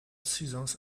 seasons